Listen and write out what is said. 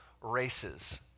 races